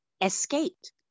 escaped